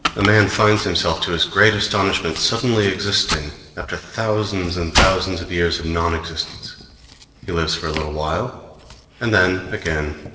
a man finds himself, to his great astonishment, suddenly existing, after thousands and thousands of years of non-existence he lives for a little while and then, again,